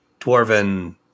Dwarven